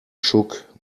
shook